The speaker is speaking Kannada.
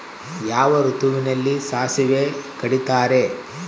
ಯಾವ ಋತುವಿನಲ್ಲಿ ಸಾಸಿವೆ ಕಡಿತಾರೆ?